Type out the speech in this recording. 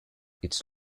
its